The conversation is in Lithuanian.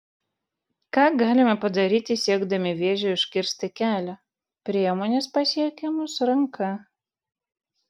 ką galime padaryti siekdami vėžiui užkirsti kelią priemonės pasiekiamos ranka